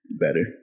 better